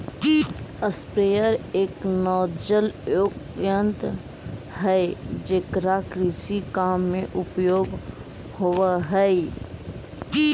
sprayer एक नोजलयुक्त यन्त्र हई जेकरा कृषि काम में उपयोग होवऽ हई